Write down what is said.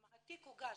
התיק הוגש